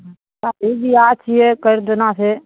शादी बियाह छियै कर देना छै